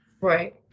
Right